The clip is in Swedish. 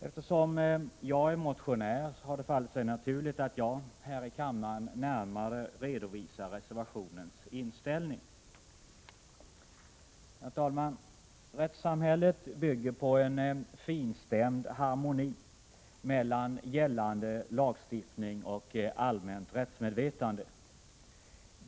Eftersom jag är motionär har det fallit sig naturligt att jag här i kammaren närmare redovisar reservanternas inställning. Herr talman! Rättssamhället bygger på en finstämd harmoni mellan gällande lagstiftning och allmänt rättsmedvetande.